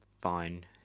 fine